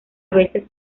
veces